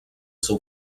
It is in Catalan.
seu